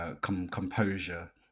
Composure